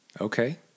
Okay